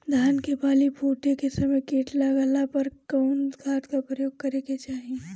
धान के बाली फूटे के समय कीट लागला पर कउन खाद क प्रयोग करे के चाही?